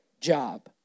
job